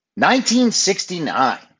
1969